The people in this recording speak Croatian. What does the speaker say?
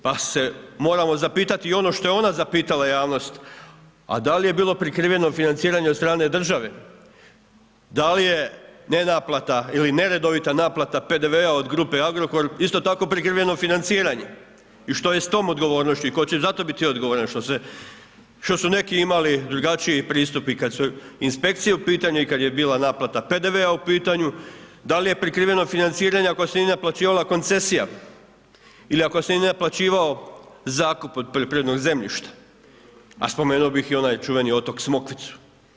Pa se moramo zapitati i ono što je ona zapitala javnost a da li je bilo prikrivenog financiranja od strane države, da li je ne naplata ili neredovita PDV-a od grupe Agrokor isto tako prikrivano financiranje i što je s tom odgovornošću i tko će za to biti odgovoran što su neki imali drugačiji pristup i kad su inspekcije u pitanju i kad je bila naplata PDV-a u pitanju, da li je prikriveno financiranje ako se nije naplaćivala koncesija ili ako se nije naplaćivao zakup od poljoprivrednog zemljišta a spomenuo bih i onaj čuveni otok Smokvicu.